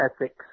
ethics